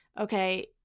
Okay